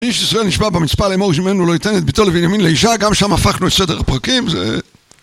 איש זה נשבע במצפה לאמור, שעימנו לא ייתן את ביתו לבנימין לאישה, גם שם הפכנו את סדר הפרקים, זה...